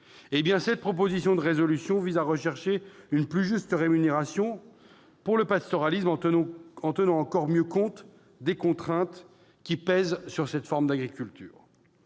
cette proposition de résolution vise à défendre une plus juste rémunération pour le pastoralisme qui tienne encore mieux compte des contraintes pesant sur cette forme d'agriculture.